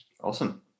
Awesome